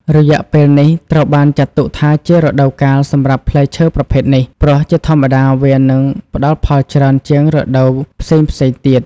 រយៈពេលនេះត្រូវបានចាត់ទុកថាជារដូវកាលសម្រាប់ផ្លែឈើប្រភេទនេះ ព្រោះជាធម្មតាវានឹងផ្តល់ផលច្រើនជាងរដូវផ្សេងៗទៀត។